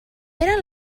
era